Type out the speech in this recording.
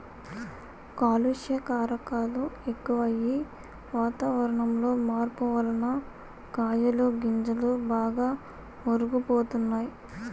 కాలుష్య కారకాలు ఎక్కువయ్యి, వాతావరణంలో మార్పు వలన కాయలు గింజలు బాగా మురుగు పోతున్నాయి